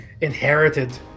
inherited